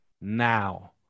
now